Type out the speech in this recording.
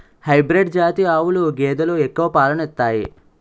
hybrid జాతి ఆవులు గేదెలు ఎక్కువ పాలను ఇత్తాయి